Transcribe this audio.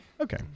Okay